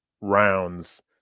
rounds